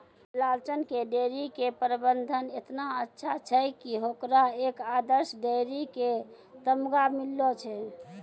लालचन के डेयरी के प्रबंधन एतना अच्छा छै कि होकरा एक आदर्श डेयरी के तमगा मिललो छै